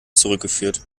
zurückgeführt